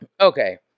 Okay